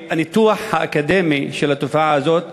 שהניתוח האקדמי של התופעה הזאת,